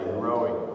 growing